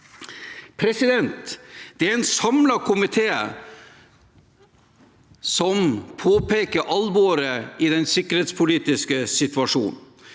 allerede. Det er en samlet komité som påpeker alvoret i den sikkerhetspolitiske situasjonen.